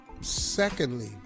secondly